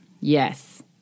Yes